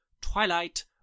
Twilight